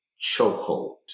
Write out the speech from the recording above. chokehold